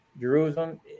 Jerusalem